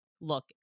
look